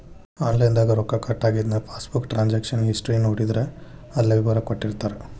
online ದಾಗ ರೊಕ್ಕ cut ಆಗಿದನ್ನ ಪಾಸ್ಬುಕ್ ಟ್ರಾನ್ಸಕಶನ್ ಹಿಸ್ಟಿ ನೋಡಿದ್ರ ಅಲ್ಲೆ ವಿವರ ಕೊಟ್ಟಿರ್ತಾರ